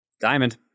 Diamond